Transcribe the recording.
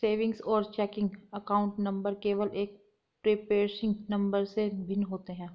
savings और checking account number केवल एक प्रीफेसिंग नंबर से भिन्न होते हैं